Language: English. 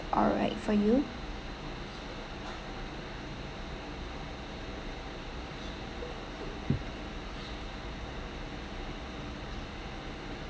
alright for you